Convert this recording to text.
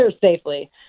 safely